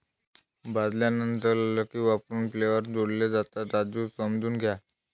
भाजल्यानंतर अल्कली वापरून फ्लेवर्स जोडले जातात, राजू समजून घ्या